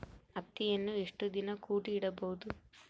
ಹತ್ತಿಯನ್ನು ಎಷ್ಟು ದಿನ ಕೂಡಿ ಇಡಬಹುದು?